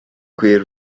gwir